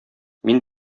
мин